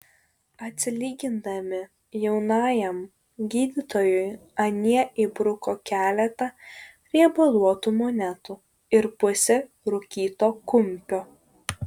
atsilygindami jaunajam gydytojui anie įbruko keletą riebaluotų monetų ir pusę rūkyto kumpio